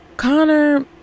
Connor